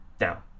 Now